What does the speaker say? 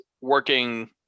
working